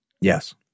Yes